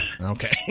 Okay